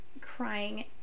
crying